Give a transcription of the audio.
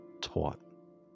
taught